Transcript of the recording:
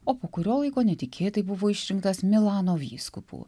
o po kurio laiko netikėtai buvo išrinktas milano vyskupu